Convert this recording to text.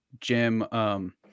Jim